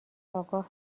آگاه